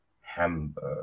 Hamburg